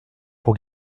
pour